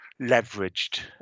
leveraged